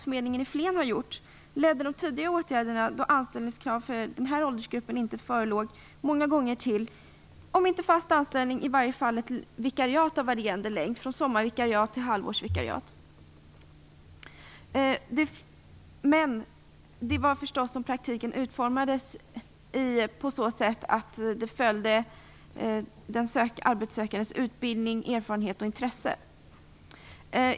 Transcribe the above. Flen har gjort ledde de tidigare åtgärderna, då anställningskrav för denna åldersgrupp inte förelåg, många gånger till om inte fast anställning så i varje fall ett vikariat av varierande längd, från sommarvikariat till halvårsvikariat; detta förstås under förutsättning att praktiken utformades i linje med den arbetssökandes utbildning, erfarenhet och intresse.